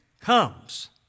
comes